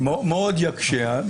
זה מאוד יקשה.